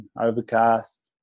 overcast